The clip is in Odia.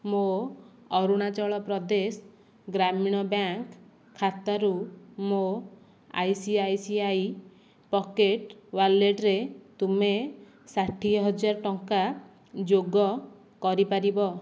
ମୋ' ଅରୁଣାଚଳ ପ୍ରଦେଶ ଗ୍ରାମୀଣ ବ୍ୟାଙ୍କ ଖାତାରୁ ମୋ' ଆଇସିଆଇସିଆଇ ପକେଟ୍ ୱାଲେଟରେ ତୁମେ ଷାଠିଏ ହଜାର ଟଙ୍କା ଯୋଗ କରିପାରିବ